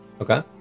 Okay